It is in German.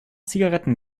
zigaretten